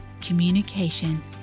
communication